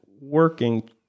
working